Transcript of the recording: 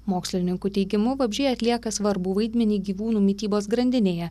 mokslininkų teigimu vabzdžiai atlieka svarbų vaidmenį gyvūnų mitybos grandinėje